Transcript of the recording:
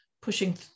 pushing